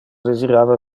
desirava